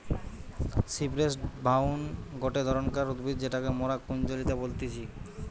cypress vine গটে ধরণকার উদ্ভিদ যেটাকে মরা কুঞ্জলতা বলতিছে